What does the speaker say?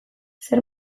zer